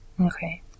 Okay